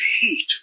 heat